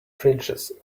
fridges